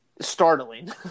startling